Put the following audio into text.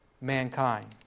mankind